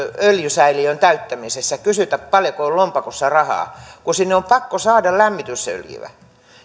öljysäiliön täyttämisessä kysytä paljonko on lompakossa rahaa kun sinne on pakko saada lämmitysöljyä